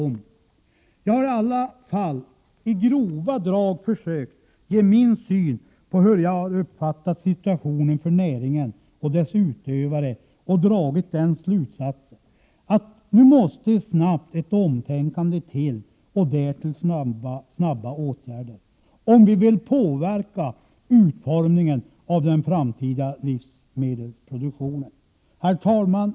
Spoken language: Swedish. Jag hari alla fall i grova drag försökt ge min syn på hur jag har uppfattat situationen för näringen och dess utövare. Jag har dragit slutsatsen att nu måste snabbt ett omtänkande till och därtill snabba åtgärder, om vi vill påverka utformningen av den framtida livsmedelsproduktionen. Herr talman!